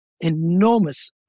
enormous